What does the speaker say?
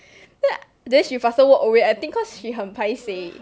then then she faster walk away I think cause she 很 paiseh